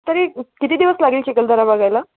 तरी किती दिवस लागेल चिखलदरा बघायला